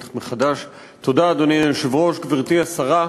אדוני היושב-ראש, גברתי השרה,